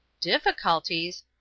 Difficulties